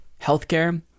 Healthcare